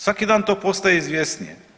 Svaki dan to postaje izvjesnije.